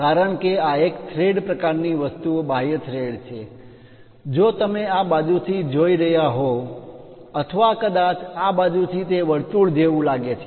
કારણ કે આ એક થ્રેડ પ્રકારની વસ્તુ બાહ્ય થ્રેડ છે જો તમે આ બાજુથી જોઈ રહ્યા હોવ અથવા કદાચ આ બાજુથી તે વર્તુળ જેવું લાગે છે